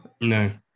no